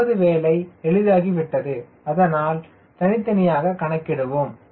எனவே நமது வேலை எளிதாகிவிட்டது அதனால் தனித் தனியாக கணக்கிடுவோம்